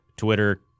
Twitter